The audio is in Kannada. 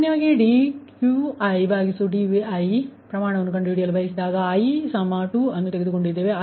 ಸಾಮಾನ್ಯವಾಗಿ dQidVi ಪ್ರಮಾಣವನ್ನು ಕಂಡುಹಿಡಿಯಲು ಬಯಸಿದಾಗ i2 ಅನ್ನು ತೆಗೆದುಕೊಂಡಿದ್ದೇವೆ